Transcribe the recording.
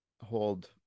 hold